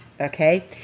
okay